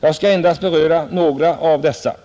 Jag skall endast beröra några av dessa.